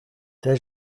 t’ai